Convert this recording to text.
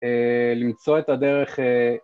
למצוא את הדרך